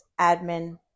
admin